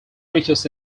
riches